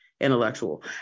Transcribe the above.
intellectual